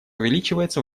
увеличивается